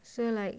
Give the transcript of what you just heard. so like